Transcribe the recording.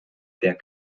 der